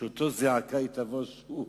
שאותה זעקה תבוא שוב,